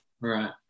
Right